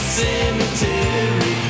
cemetery